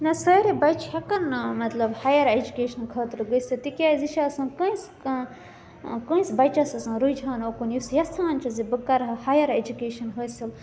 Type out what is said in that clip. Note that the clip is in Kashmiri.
نہَ سارِی بَچہِ ہیٚکان مطلب ہایَر ایٚجُوکیشنہٕ خٲطرٕ گٔژھِتھ تِکیٛازِ یہِ چھِ آسان کٲنٛسہِ کانٛہہ کٲنٛسہِ بَچَس آسان رُجحان اوٚکُن یُس یَژھان چھُ زِ بہٕ کَرٕ ہا ہایَر ایٚجُوکیشَن حٲصِل